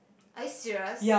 are you serious